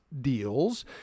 deals